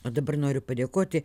o dabar noriu padėkoti